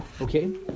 Okay